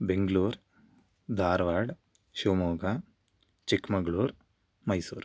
Bangalore Dharwad Shivamogga Chikmagalur Mysore